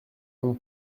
nom